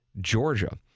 georgia